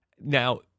now